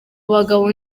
bagabo